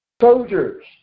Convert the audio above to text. Soldiers